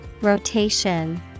Rotation